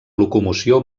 locomoció